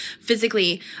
physically